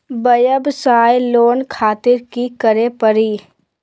वयवसाय लोन खातिर की करे परी?